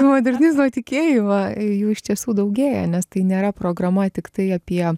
į modernizmo tikėjimą jų iš tiesų daugėja nes tai nėra programa tiktai apie